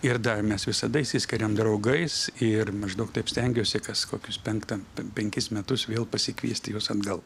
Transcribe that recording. ir mes visada išsiskiriam draugais ir maždaug taip stengiuosi kas kokius penktą penkis metus vėl pasikviesti juos atgal